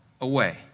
away